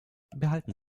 behalten